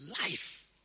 life